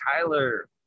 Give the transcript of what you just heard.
Tyler